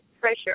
pressure